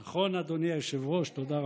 נכון, אדוני היושב-ראש, תודה רבה.